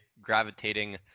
gravitating